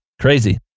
crazy